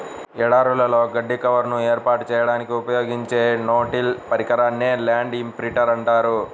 ఎడారులలో గడ్డి కవర్ను ఏర్పాటు చేయడానికి ఉపయోగించే నో టిల్ పరికరాన్నే ల్యాండ్ ఇంప్రింటర్ అంటారు